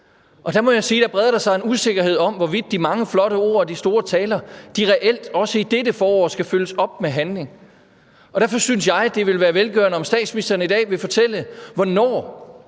der breder sig en usikkerhed om, hvorvidt de mange flotte ord og de store taler reelt også i dette forår skal følges op med handling. Derfor synes jeg, det ville være velgørende, om statsministeren i dag vil fortælle, hvornår